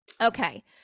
Okay